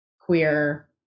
queer